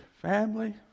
family